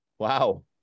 Wow